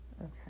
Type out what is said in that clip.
Okay